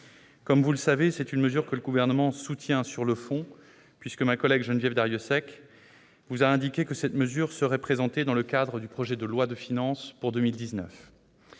Comme vous le savez, c'est là une disposition que le Gouvernement soutient sur le fond : ma collègue Geneviève Darrieussecq vous a indiqué que cette mesure serait présentée dans le cadre du projet de loi de finances pour 2019.